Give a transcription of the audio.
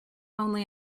only